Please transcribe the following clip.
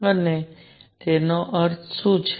અને તેનો અર્થ શું છે